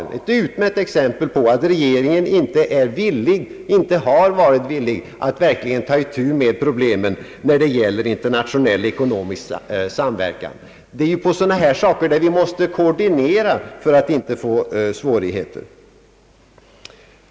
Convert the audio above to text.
Det är ett utmärkt exempel på att regeringen inte är villig och inte har varit villig att verkligen ta itu med problemen när det gäller internationell ekonomisk samverkan. Det är ju sådana här frågor som måste koordineras för att vi inte skall råka i svårigheter.